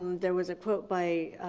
there was a quote by